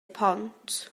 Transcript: pont